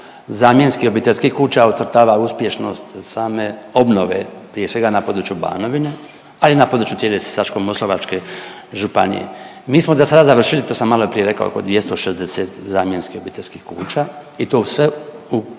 zamjenskih obiteljskih kuća ocrtava uspješnost same obnove prije svega na području Banovine ali i na području cijele Sisačko-moslavačke županije. Mi smo do sada završili to sam maloprije rekao oko 260 zamjenskih obiteljskih kuća i to sve u